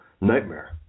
nightmare